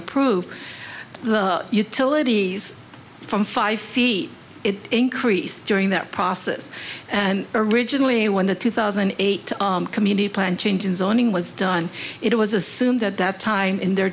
approved the utilities from five feet increase during that process and originally when the two thousand and eight community planned change in zoning was done it was assumed at that time in their